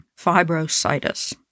fibrositis